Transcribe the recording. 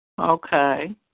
Okay